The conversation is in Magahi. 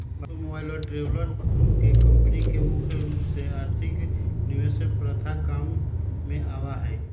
आटोमोबाइल और ट्रेलरवन के कम्पनी में मुख्य रूप से अधिक निवेश प्रथा काम में आवा हई